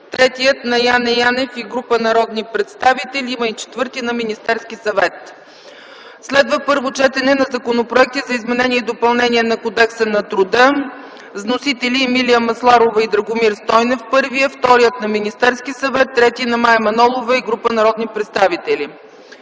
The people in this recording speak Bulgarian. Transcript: третият – на Яне Янев и група народни представители; има и четвърти – на Министерския съвет. Следва първо четене на законопроекти за изменение и допълнение на Кодекса на труда. Вносители на първия са Емилия Масларова и Драгомир Стойнев; вторият е на Министерския съвет; третият е на Мая Манолова и група народни представители.